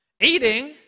eating